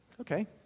Okay